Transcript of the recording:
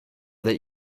that